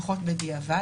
לפחות בדיעבד.